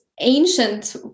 ancient